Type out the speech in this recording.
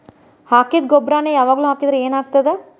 ಹಾಕಿದ್ದ ಗೊಬ್ಬರಾನೆ ಯಾವಾಗ್ಲೂ ಹಾಕಿದ್ರ ಏನ್ ಆಗ್ತದ?